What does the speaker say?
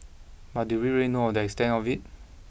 but do we really know the extent of it